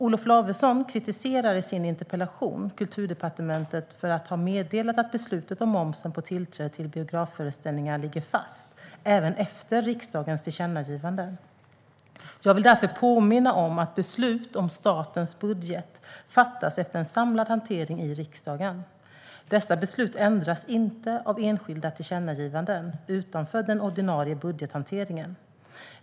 Olof Lavesson kritiserar i sin interpellation Kulturdepartementet för att ha meddelat att beslutet om momsen på tillträde till biografföreställningar ligger fast även efter riksdagens tillkännagivanden. Jag vill därför påminna om att beslut om statens budget fattas efter en samlad hantering i riksdagen. Dessa beslut ändras inte av enskilda tillkännagivanden utanför den ordinarie budgethanteringen.